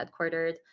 headquartered